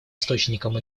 источникам